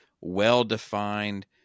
well-defined